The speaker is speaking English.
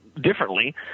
differently